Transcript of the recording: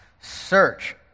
Search